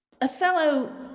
othello